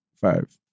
five